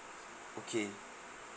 okay